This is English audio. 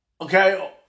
okay